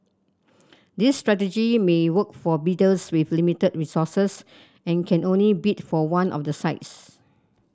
this strategy may work for bidders with limited resources and can only bid for one of the sites